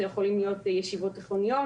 שיכולים להיות ישיבות תיכוניות,